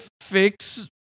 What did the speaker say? fix